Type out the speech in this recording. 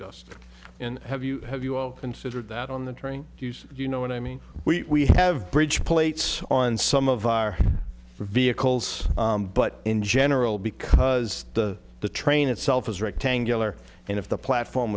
just and have you have you considered that on the train you know what i mean we have bridge plates on some of our vehicles but in general because the the train itself is rectangular and if the platform